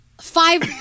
five